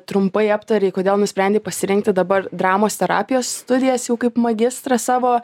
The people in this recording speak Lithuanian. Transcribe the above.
trumpai aptarei kodėl nusprendei pasirinkti dabar dramos terapijos studijas jau kaip magistrą savo